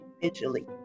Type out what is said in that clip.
individually